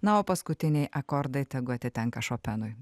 na o paskutiniai akordai tegu atitenka šopenui